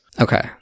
Okay